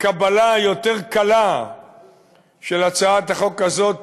קבלה יותר קלה של הצעת החוק הזאת